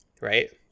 right